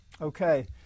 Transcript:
Okay